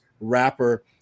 wrapper